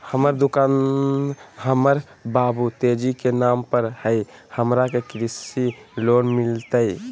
हमर दुकान हमर बाबु तेजी के नाम पर हई, हमरा के कृषि लोन मिलतई?